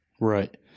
Right